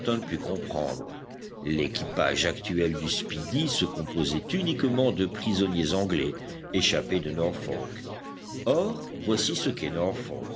put comprendre l'équipage actuel du speedy se composait uniquement de prisonniers anglais échappés de norfolk or voici ce qu'est